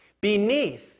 Beneath